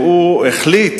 שהוא החליט